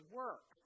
work